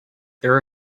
there